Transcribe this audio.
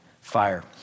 fire